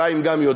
גם חיים יודע,